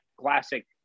classic